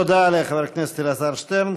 תודה לחבר הכנסת אלעזר שטרן.